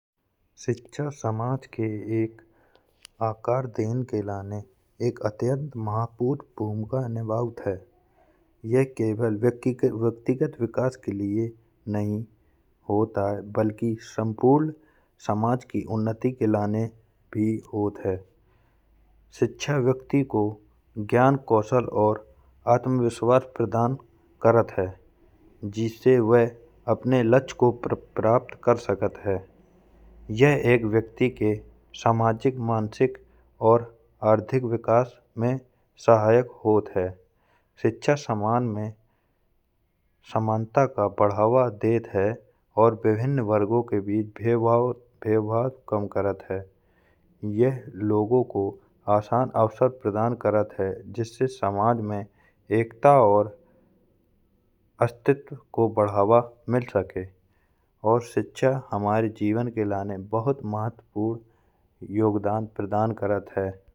शिक्षा समाज के एक आकार देने के लिए एक अत्यंत महत्वपूर्ण भूमिका निभावत है। यह केवल व्यक्तिगत विकास के लिए नहीं होती है बल्कि संपूर्ण समाज की उन्नति के लिए भी होती है। शिक्षा व्यक्ति को ज्ञान, कौशल और आत्मविश्वास प्रदान करत है। जिससे वह अपने लक्ष्य को प्राप्त कर सकत है यह एक व्यक्ति के सामाजिक, मानसिक और आर्थिक विकास में सहायक होत है। शिक्षा समाज में समानता का बढ़ावा देत है और विभिन्न वर्गों के भी भेदभाव कम करत है। यह लोगों को आसान अवसर प्रदान करत है जिससे समाज में एकता और अस्तित्व को बढ़ावा मिल सके। और शिक्षा हमारे समाज के लिए बहुत ही महत्वपूर्ण योगदान प्रदान करत है।